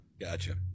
Gotcha